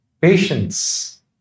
patience